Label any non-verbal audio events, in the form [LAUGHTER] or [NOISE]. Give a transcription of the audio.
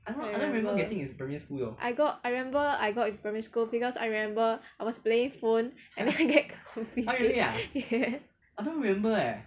I remember I got I remember I got in primary school because I remember I was playing phone and then I get confiscated [LAUGHS] yes